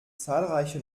zahlreiche